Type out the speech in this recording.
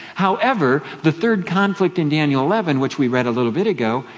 however, the third conflict in daniel eleven, which we read a little bit ago,